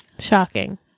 Shocking